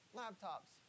laptops